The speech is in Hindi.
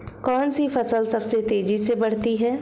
कौनसी फसल सबसे तेज़ी से बढ़ती है?